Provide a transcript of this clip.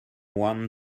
one